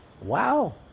Wow